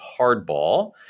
Hardball